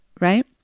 right